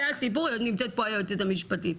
זה הסיפור נמצאת פה היועצת המשפטית.